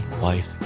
wife